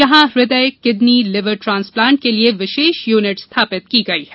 यहां हृदय kidney liver transplant के लिए विशेष यूनिट स्थापित की गई हैं